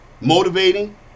motivating